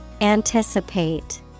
Anticipate